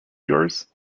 yours